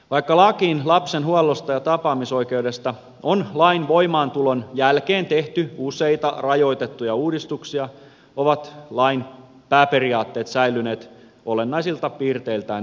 vaikka lakiin lapsen huollosta ja tapaamisoikeudesta on lain voimaantulon jälkeen tehty useita rajoitettuja uudistuksia ovat lain pääperiaatteet säilyneet olennaisilta piirteiltään ihan ennallaan